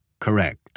correct